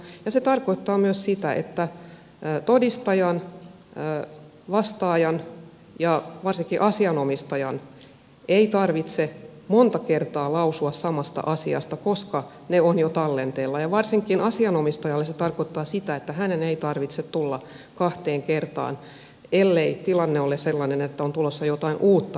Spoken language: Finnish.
se tarkoittaa myös sitä että todistajan vastaajan ja varsinkin asianomistajan ei tarvitse monta kertaa lausua samasta asiasta koska ne ovat jo tallenteella ja varsinkin asianomistajalle se tarkoittaa sitä että hänen ei tarvitse tulla kahteen kertaan ellei tilanne ole sellainen että on tulossa jotain uutta näyttöä